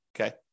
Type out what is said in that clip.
okay